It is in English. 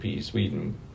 Sweden